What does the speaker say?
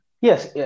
Yes